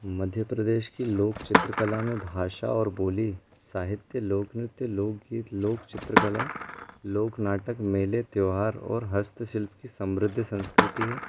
मध्य प्रदेश की लोक चित्रकला में भाषा और बोली साहित्य लोक नृत्य लोकगीत लोक चित्रकला लोक नाटक मेले त्यौहार और हस्तशिल्प की समृद्धि संस्कृति है